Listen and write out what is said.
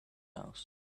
house